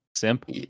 simp